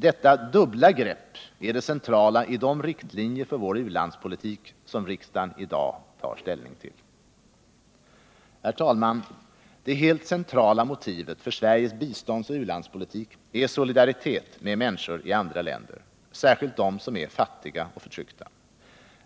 Detta dubbla grepp är det centrala i de riktlinjer för vår u-landspolitik som riksdagen i dag tar ställning till. Herr talman! Det helt centrala motivet för Sveriges biståndsoch ulandspolitik är solidaritet med människor i andra länder, särskilt med dem som är fattiga och förtryckta.